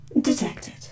detected